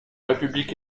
république